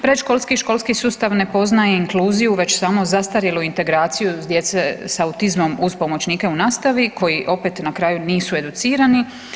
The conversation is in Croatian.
Predškolski i školski sustav ne poznaje inkluziju, već samo zastarjelu integraciju djece sa autizmom uz pomoćnike u nastavi koji opet na kraju nisu educirani.